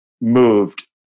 moved